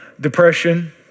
depression